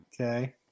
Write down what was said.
okay